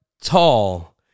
tall